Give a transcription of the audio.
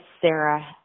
Sarah